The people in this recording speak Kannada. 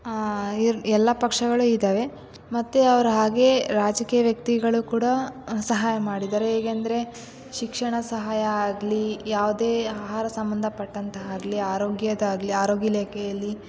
ಎಲ್ಲ ಪಕ್ಷಗಳು ಇದ್ದಾವೆ ಮತ್ತೆ ಅವರ ಹಾಗೆ ರಾಜಕೀಯ ವ್ಯಕ್ತಿಗಳು ಕೂಡ ಸಹಾಯ ಮಾಡಿದ್ದಾರೆ ಹೇಗೆಂದರೆ ಶಿಕ್ಷಣ ಸಹಾಯ ಆಗಲಿ ಯಾವುದೇ ಆಹಾರ ಸಂಬಂಧ ಪಟ್ಟಾಂತಾಗ್ಲಿ ಅರೋಗ್ಯದ್ದಾಗ್ಲಿ ಅರೋಗ್ಯ ಇಲಾಖೆಯಲ್ಲಿ